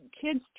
kids